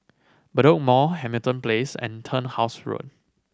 Bedok Mall Hamilton Place and Turnhouse Road